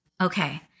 Okay